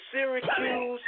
Syracuse